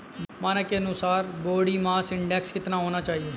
मानक के अनुसार बॉडी मास इंडेक्स कितना होना चाहिए?